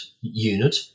unit